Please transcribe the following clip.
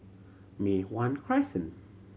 Mei Hwan Crescent